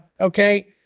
okay